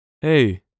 Hey